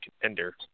contender